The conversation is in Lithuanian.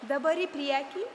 dabar į priekį